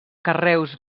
carreus